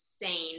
insane